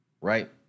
Right